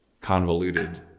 convoluted